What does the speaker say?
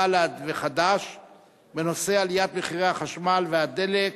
בל"ד וחד"ש בנושא: עליית מחירי החשמל והדלק